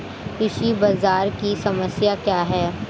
कृषि बाजार की समस्या क्या है?